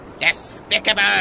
Despicable